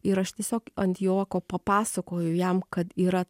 ir aš tiesiog ant juoko papasakoju jam kad yra